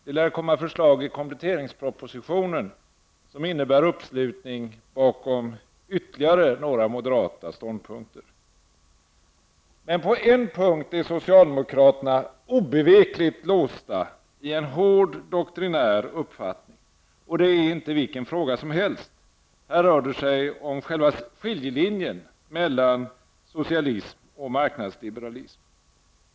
Det lär komma förslag i kompletteringspropositionen som innebär uppslutning bakom ytterligare några moderata ståndpunkter. Men på en punkt är socialdemokraterna obevekligt låsta i en hård doktrinär uppfattning, och det gäller inte vilken fråga som helst. Här rör det sig om själva skiljelinjen mellan socialism och marknadsliberalism.